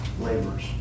laborers